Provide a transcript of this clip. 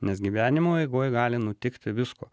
nes gyvenimo eigoj gali nutikti visko